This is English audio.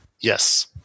Yes